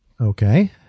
Okay